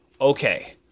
Okay